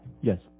Yes